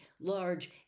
large